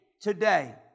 today